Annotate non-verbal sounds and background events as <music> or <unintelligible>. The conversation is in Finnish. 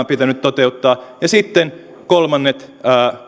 <unintelligible> pitänyt toteuttaa ja sitten kolmannet